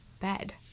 bed